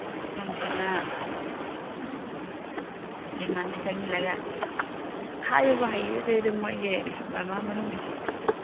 ꯁꯣꯝꯁꯤꯅ ꯃ꯭ꯌꯥꯟꯃꯥꯔꯗꯒꯤ ꯆꯪꯁꯤꯜꯂꯒ ꯍꯥꯏꯕꯕꯨ ꯍꯩꯖꯗꯦꯗ ꯃꯣꯏꯒꯤ ꯕꯔꯃꯥ ꯃꯅꯨꯡꯒꯤꯁꯦ